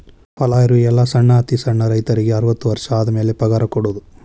ಹೊಲಾ ಇರು ಎಲ್ಲಾ ಸಣ್ಣ ಅತಿ ಸಣ್ಣ ರೈತರಿಗೆ ಅರ್ವತ್ತು ವರ್ಷ ಆದಮ್ಯಾಲ ಪಗಾರ ಕೊಡುದ